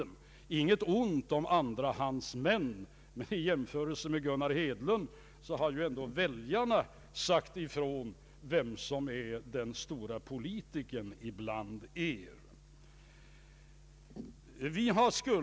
Jag vill inte säga något ont om andrahandsmännen, men vid en jämförelse mellan dem och Gunnar Hedlund har ändå väljarna sagt ifrån vem som är den store politikern inom oppositionen.